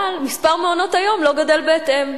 אבל מספר מעונות-היום לא גדל בהתאם,